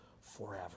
forever